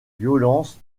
violences